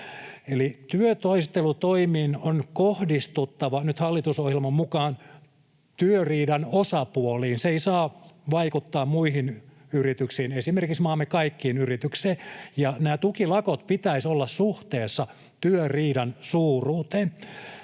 työtaistelutoimien on kohdistuttava nyt hallitusohjelman mukaan työriidan osapuoliin. Ne eivät saa vaikuttaa muihin yrityksiin, esimerkiksi maamme kaikkiin yrityksiin. Näiden tukilakkojen pitäisi olla suhteessa työriidan suuruuteen.